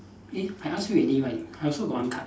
eh I ask you already right I also got one card